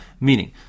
Meaning